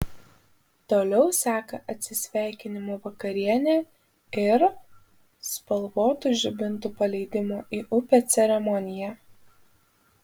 toliau seka atsisveikinimo vakarienė ir spalvotų žibintų paleidimo į upę ceremonija